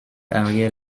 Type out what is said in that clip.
arrière